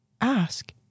ask